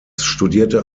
studierte